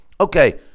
Okay